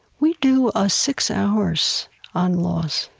we do ah six hours on loss,